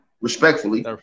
respectfully